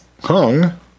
Hung